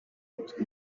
umutwe